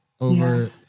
over